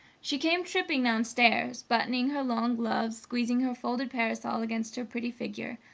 she came tripping downstairs, buttoning her long gloves, squeezing her folded parasol against her pretty figure,